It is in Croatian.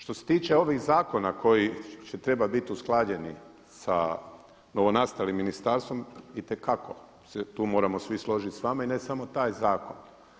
Što se tiče ovih zakona koji će trebati biti usklađeni sa novonastalim ministarstvom, itekako se svi tu moramo složiti s vama i ne samo taj zakon.